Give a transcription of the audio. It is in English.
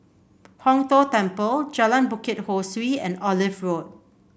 Hong Tho Temple Jalan Bukit Ho Swee and Olive Road